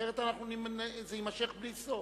אחרת זה יימשך בלי סוף.